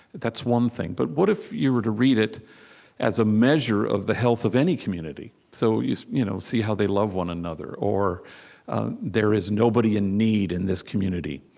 that's one thing. but what if you were to read it as a measure of the health of any community? so you you know see how they love one another, or there is nobody in need in this community,